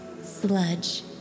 Sludge